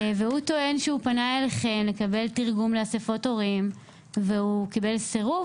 הוא טוען שהוא פנה אליכם לקבל תרגום לאספות הורים וקיבל סירוב,